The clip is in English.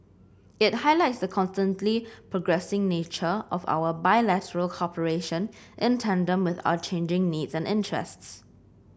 it highlights the constantly progressing nature of our bilateral cooperation in tandem with our changing needs and interests